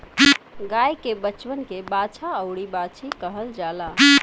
गाय के बचवन के बाछा अउरी बाछी कहल जाला